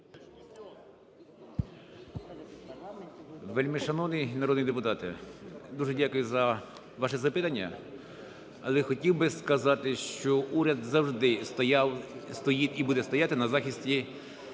Вельмишановний народний депутате, дуже дякую за ваше запитання. Але хотів би сказати, що уряд завжди стояв, стоїть і буде стояти на захисті